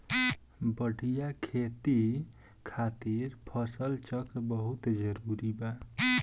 बढ़िया खेती खातिर फसल चक्र बहुत जरुरी बा